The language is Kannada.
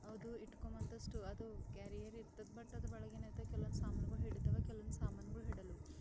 ಅದು ಇಟ್ಕೊಮ್ಮಂತಷ್ಟು ಅದು ಕ್ಯಾರಿಯರ್ ಇರ್ತದೆ ಬಟ್ ಅದ್ರೊಳಗೇನಿರ್ತದ ಕೆಲವೊಂದು ಸಾಮಾನುಗಳು ಹಿಡಿತವ ಕೆಲವೊಂದು ಸಾಮಾನುಗಳು ಇಡಲ್ವು